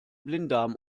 blinddarm